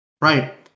Right